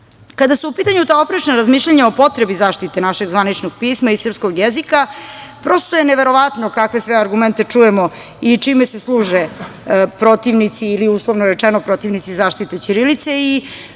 su u pitanju ta oprečna razmišljanja o potrebi zaštite našeg zvaničnog pisma i srpskog jezika, neverovatno je kakve sve argumente čujemo i čime se služe protivnici ili uslovno rečeno protivnici zaštite ćirilice.